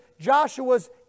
Joshua's